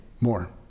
More